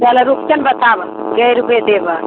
चलऽ रुपचन्द बताबऽ कै रूपे देबऽ